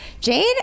Jade